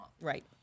Right